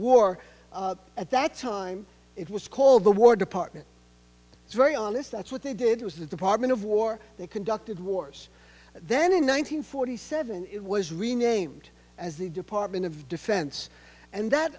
war at that time it was called the war department it's very honest that's what they did was the department of war they conducted wars then in one nine hundred forty seven it was renamed as the department of defense and that